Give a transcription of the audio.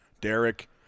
Derek